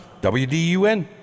WDUN